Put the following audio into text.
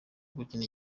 gukina